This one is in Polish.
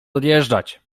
odjeżdżać